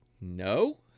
no